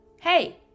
Hey